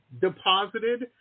deposited